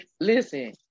Listen